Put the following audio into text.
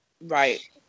Right